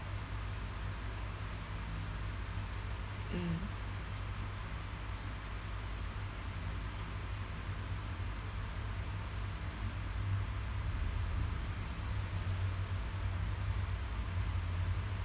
mm